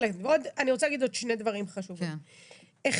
אני רוצה להגיד עוד שני דברים חשובים: אחד,